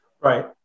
Right